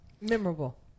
Memorable